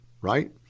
right